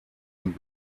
und